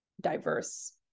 diverse